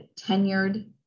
tenured